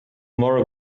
more